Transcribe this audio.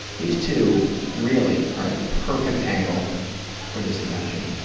these two really are the perfect angle for this invention.